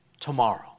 tomorrow